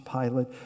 Pilate